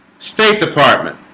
state department